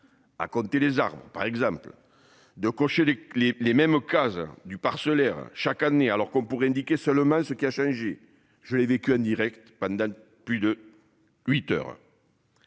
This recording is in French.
À compter les arbres par exemple de cocher les les les mêmes occase du parcellaire chaque année alors qu'on pourrait indiquer seulement ce qui a changé. Je l'ai vécu en Direct pendant plus de 8h.